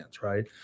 right